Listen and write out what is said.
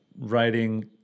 writing